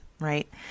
right